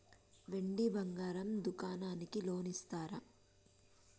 వెండి బంగారం దుకాణానికి లోన్ ఇస్తారా?